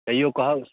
तैओ कहक